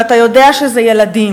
ואתה יודע שזה ילדים,